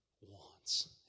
wants